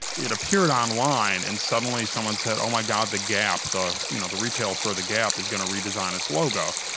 it appeared online and suddenly someone said, oh my god, the gap, you know, the retail store the gap is going to redesign this logo',